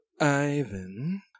Ivan